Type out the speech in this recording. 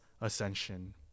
ascension